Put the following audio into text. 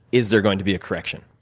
is there going to be a correction?